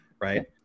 Right